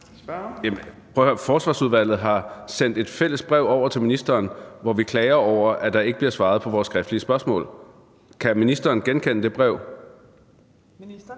Forsvarsudvalget har sendt et fælles brev over til ministeren, hvor vi klager over, at der ikke bliver svaret på vores skriftlige spørgsmål. Kan ministeren genkende at have